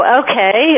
okay